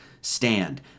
stand